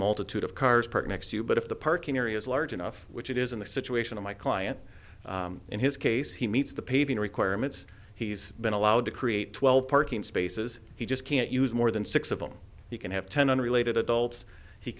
multitude of cars parked next year but if the parking area is large enough which it is in the situation of my client in his case he meets the paving requirements he's been allowed to create twelve parking spaces he just can't use more than six of them you can have ten unrelated adults he